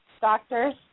doctors